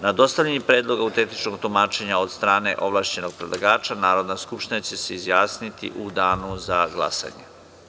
Na dostavljeni Predlog autentičnog tumačenja od strane ovlašćenog predlagača Narodna skupština će se izjasniti u danu za glasanje.